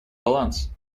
баланс